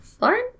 Lauren